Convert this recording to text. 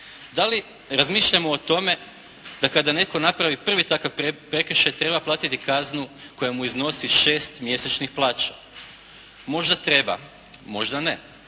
Da li razmišljamo o tome da kada netko napravi prvi takav prekršaj treba platiti kaznu koja mu iznosi 6 mjesečnih plaća? Možda treba, možda ne,